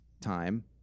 time